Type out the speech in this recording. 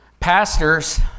Pastors